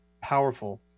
powerful